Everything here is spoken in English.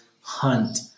hunt